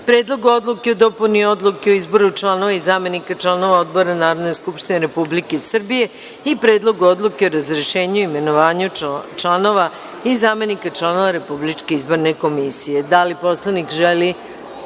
Predlogu odluke o dopuni Odluke o izboru članova i zamenika članova odbora Narodne skupštine Republike Srbije i Predlogu odluke o razrešenju i imenovanju članova i zamenika članova Republičke izborne komisije. Da li poslanik želi